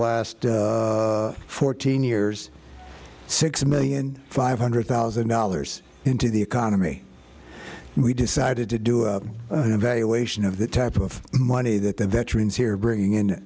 last fourteen years six million five hundred thousand dollars into the economy and we decided to do an evaluation of the type of money that the veterans here bring in